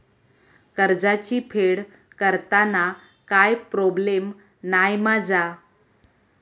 कर्जाची फेड करताना काय प्रोब्लेम नाय मा जा?